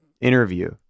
interview